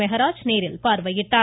மெஹராஜ் நேரில் பார்வையிட்டார்